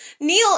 Neil